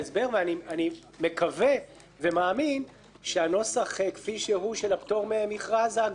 ואני מקווה ומאמין שהנוסח כפי שהוא של הפטור ממכרז הגורף,